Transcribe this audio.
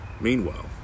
Meanwhile